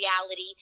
reality